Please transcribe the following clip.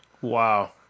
wow